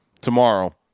tomorrow